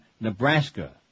Nebraska